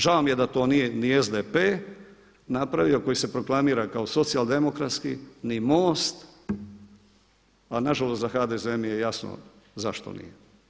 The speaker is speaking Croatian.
Žao mi je da to nije ni SDP napravio koji se proklamira kao socijaldemokratski, ni MOST, a na žalost za HDZ mi je jasno zašto nije.